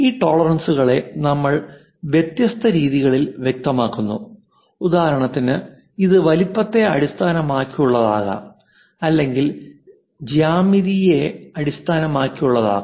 ഈ ടോളറൻസുകളെ നമ്മൾ വ്യത്യസ്ത രീതികളിൽ വ്യക്തമാക്കുന്നു ഉദാഹരണത്തിന് ഇത് വലുപ്പത്തെ അടിസ്ഥാനമാക്കിയുള്ളതാകാം അല്ലെങ്കിൽ ജ്യാമിതിയെ അടിസ്ഥാനമാക്കിയുള്ളതാകാം